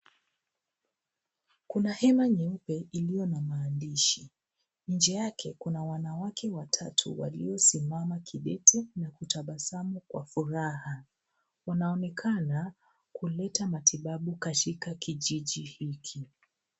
Kuna hema nyeupe iliyo na maandishi. Nje yake kuna wanawake watatu waliosimama kidete na kutabasamu kwa furaha. Wanaonekana kuleta matibabu katika kijiji hiki.